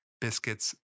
biscuits